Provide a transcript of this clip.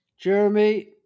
Jeremy